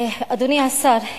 אדוני השר,